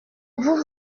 vous